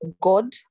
god